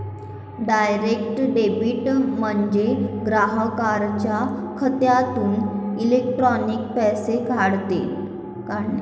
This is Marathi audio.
डायरेक्ट डेबिट म्हणजे ग्राहकाच्या खात्यातून इलेक्ट्रॉनिक पैसे काढणे